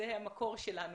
זה המקור שלנו,